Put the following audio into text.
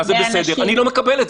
צריך לעשות את זה.